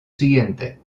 siguiente